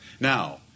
Now